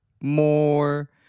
more